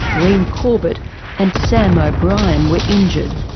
reen corbett and sam o'brien were injured.